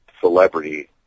celebrity